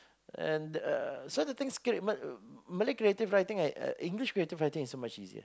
and uh so the thing Malay creative writing I I English creative writing is so much easier